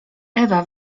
ewa